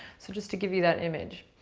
so just to give you that image.